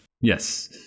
Yes